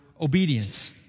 obedience